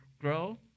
grow